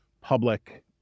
public